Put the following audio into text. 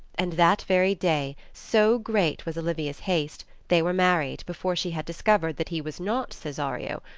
and that very day, so great was olivia's haste, they were married before she had discovered that he was not cesario,